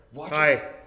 hi